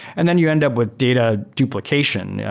and then you end up with data duplication.